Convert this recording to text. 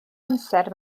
amser